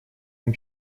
вам